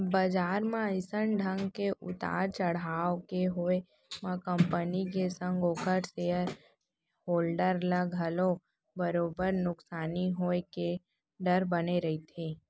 बजार म अइसन ढंग के उतार चड़हाव के होय म कंपनी के संग ओखर सेयर होल्डर ल घलोक बरोबर नुकसानी होय के डर बने रहिथे